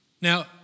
Now